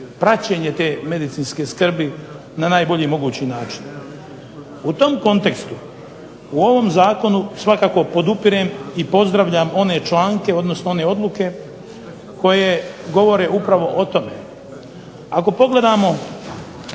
praćenje te medicinske skrbi na najbolji mogući način. U tom kontekstu u ovom zakonu svakako podupirem i pozdravljam one članke odnosno one odluke koje govore upravo o tome. Tako ako pogledamo